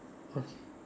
mm